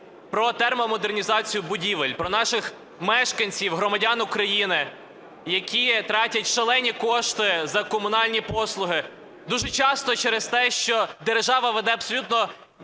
про термомодернізацію будівель, про наших мешканців громадян України, які тратять шалені кошти за комунальні послуги дуже часто через те, що держава веде абсолютно